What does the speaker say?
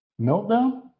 meltdown